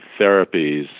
therapies